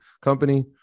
company